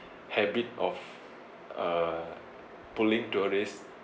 habit of uh pulling tourist